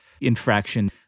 infraction